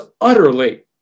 utterly